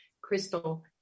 Crystal